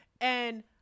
And-